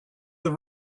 the